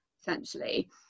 essentially